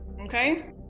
okay